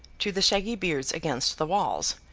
to the shaggy beards against the walls,